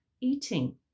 eating